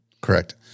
Correct